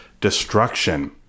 destruction